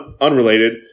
unrelated